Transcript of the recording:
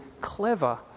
clever